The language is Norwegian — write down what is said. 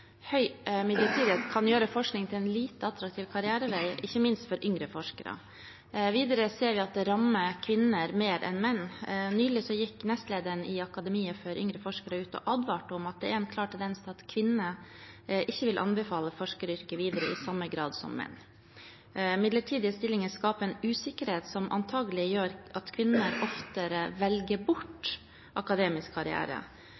Høy midlertidighet kan gjøre forskning til en lite attraktiv karrierevei, ikke minst for yngre forskere. Videre ser vi at det rammer kvinner mer enn menn. Nylig gikk nestlederen i Akademiet for yngre forskere ut og advarte om at det er en klar tendens til at kvinner ikke vil anbefale forskeryrket videre i samme grad som menn. Midlertidige stillinger skaper en usikkerhet som antagelig gjør at kvinner lettere velger